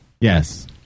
Yes